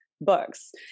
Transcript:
books